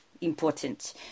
important